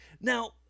now